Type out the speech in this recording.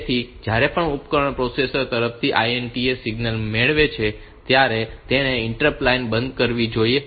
તેથી જ્યારે પણ ઉપકરણ પ્રોસેસર તરફથી INTA સિગ્નલ મેળવે છે ત્યારે તેણે ઇન્ટરપ્ટ લાઇન બંધ કરવી જોઈએ